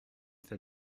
fait